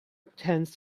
tends